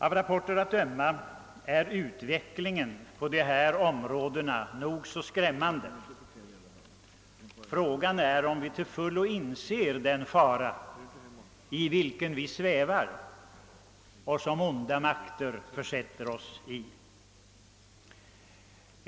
Av rapporter att döma är utvecklingen på dessa områden nog så skrämmande. Fråga är om vi till fullo inser den fara i vilken vi svävar och som onda makter försätter oss i.